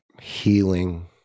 healing